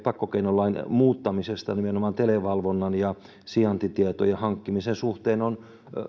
pakkokeinolain muuttamisesta nimenomaan televalvonnan ja sijaintitietojen hankkimisen suhteen on